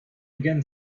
again